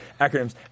acronyms